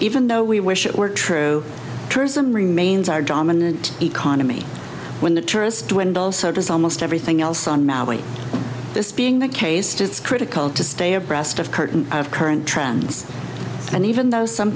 even though we wish it were true tourism remains our dominant economy when the tourists dwindle so does almost everything else on maui this being the case it's critical to stay abreast of curtain of current trends and even though some